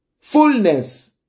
Fullness